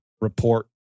report